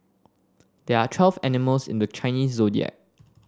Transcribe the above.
there are twelve animals in the Chinese Zodiac